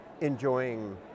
enjoying